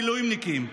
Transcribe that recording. מילואימניקים,